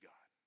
God